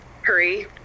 hurry